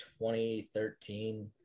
2013